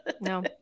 No